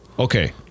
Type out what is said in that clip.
Okay